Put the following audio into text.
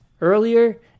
earlier